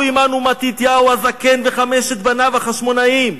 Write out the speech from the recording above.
עמנו מתתיהו הזקן וחמשת בניו החשמונאים.